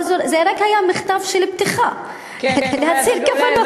אבל זה רק היה מכתב פתיחה, להצהיר כוונות.